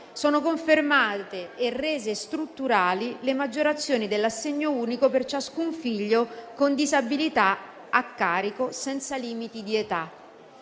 Sono confermate e rese e strutturali le maggiorazioni dell'assegno unico per ciascun figlio con disabilità a carico, senza limiti di età.